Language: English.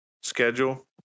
schedule